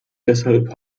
deshalb